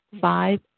five